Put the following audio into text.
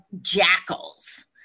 jackals